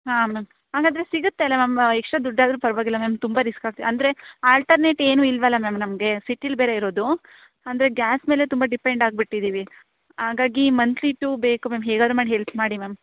ಹಾಂ ಮ್ಯಾಮ್ ಹಂಗಾದ್ರೆ ಸಿಗುತ್ತಲ್ವ ಮ್ಯಾಮ್ ಎಕ್ಸ್ಟ್ರಾ ದುಡ್ಡಾದರೂ ಪರವಾಗಿಲ್ಲ ಮ್ಯಾಮ್ ತುಂಬ ರಿಸ್ಕ್ ಆಗ್ತಿ ಅಂದರೆ ಆಲ್ಟರ್ನೇಟ್ ಏನೂ ಇಲ್ಲವಲ್ಲ ಮ್ಯಾಮ್ ನಮಗೆ ಸಿಟಿಲ್ಲಿ ಬೇರೆ ಇರೋದು ಅಂದರೆ ಗ್ಯಾಸ್ ಮೇಲೆ ತುಂಬ ಡಿಪೆಂಡ್ ಆಗಿಬಿಟ್ಟಿದೀವಿ ಹಾಗಾಗಿ ಮಂತ್ಲಿ ಟೂ ಬೇಕು ಮ್ಯಾಮ್ ಹೇಗಾದರು ಮಾಡಿ ಹೆಲ್ಪ್ ಮಾಡಿ ಮ್ಯಾಮ್